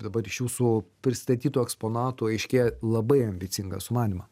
dabar iš jūsų pristatytų eksponatų aiškėja labai ambicingą sumanymą